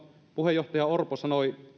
puheenjohtaja orpo sanoi että